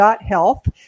Health